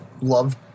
love